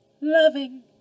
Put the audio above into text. loving